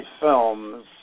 films